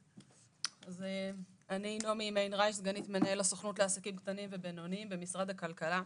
אני סגנית מנהל הסוכנות לעסקים קטנים ובינוניים במשרד הכלכלה.